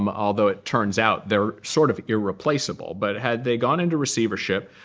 um although it turns out they're sort of irreplaceable. but had they gone into receivership,